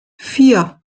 vier